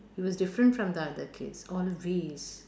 he was different from the other kids always